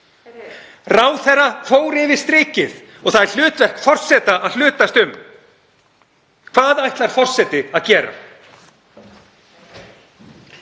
Ráðherra fór yfir strikið og það er hlutverk forseta að hlutast um. Hvað ætlar forseti að gera?